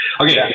okay